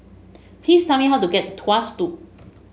please tell me how to get to Tuas Loop